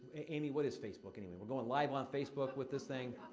amy, what is facebook anyway? we going live on facebook with this thing?